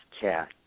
cat